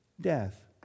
Death